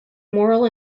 moral